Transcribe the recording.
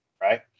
right